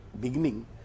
beginning